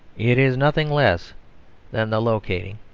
it is nothing less than the locating,